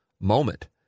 moment